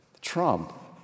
trump